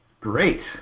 Great